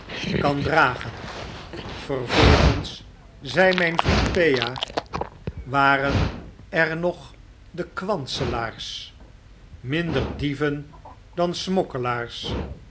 kan dragen vervplgens zei myn vriend pea waren er nog de kwanselaars minder dieven dan